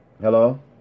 Hello